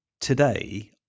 today